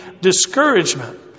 discouragement